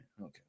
okay